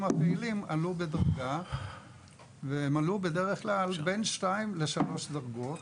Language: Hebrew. הפעילים עלו בדרגה והם עלו בדרך כלל בעוד שתיים או שלוש דרגות,